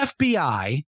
FBI